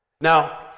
Now